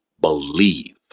Believe